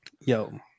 yo